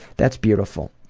that's beautiful.